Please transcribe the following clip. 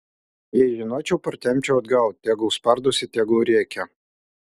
jei žinočiau partempčiau atgal tegul spardosi tegul rėkia